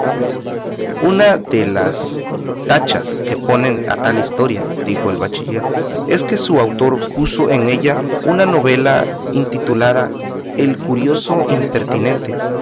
de las tachas que ponen a la tal historia dijo el bachiller es que su autor puso en ella una novela intitulada el curioso impertinente